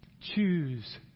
choose